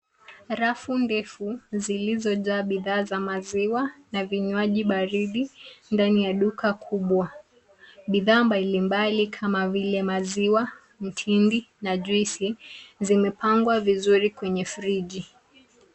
Rafu ndefu zilizojaa bidhaa za maziwa na vinywaji baridi ndani ya duka kubwa. Bidhaa mbalimbali kama vile maziwa, Mtindi na juisi zimepangwa vizuri kwenye friji.